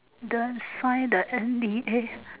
the find the N_D_A